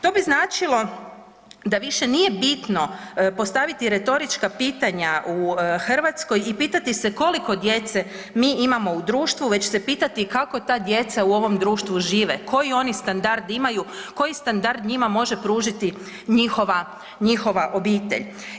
To bi značilo da više nije bitno postaviti retorička pitanja u Hrvatskoj i pitati se koliko djece mi imamo u društvu već se pitati kako ta djeca u ovom društvu žive, koji oni standard imaju, koji standard njima može pružiti njihova obitelj.